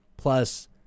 Plus